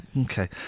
Okay